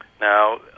Now